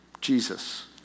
Jesus